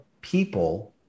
people